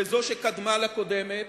וזאת שקדמה לקודמת,